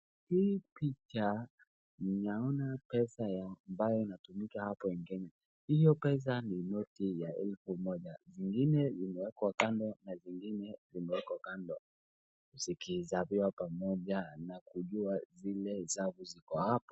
Hii picha naona pesa ambayo inatumika hapo ingine, hiyo pesa ni noti ya elfu moja, zingine zimeekwa kando na zingine zimeekwa kando zikihesabiwa pamoja na kujua zile hesabu ziko hapo.